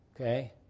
okay